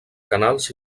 canals